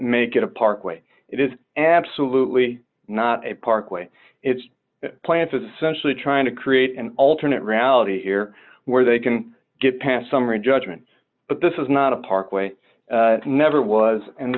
make it a parkway it is absolutely not a parkway it's plants essentially trying to create an alternate reality here where they can get past summary judgment but this is not a parkway never was and the